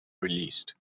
released